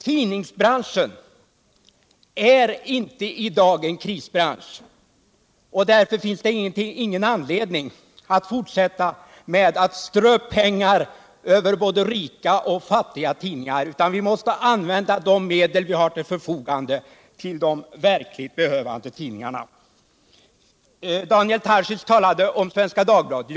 Tidningsbranschen är i dag inte som helhet en krisbransch, och därför finns det inte anledning att fortsätta att strö pengar över både rika och fattiga tidningar. Vi måste använda de medel vi har till förfogande till stöd åt de verkligt behövande tidningarna. Daniel Tarschys talade om Svenska Dagbladet.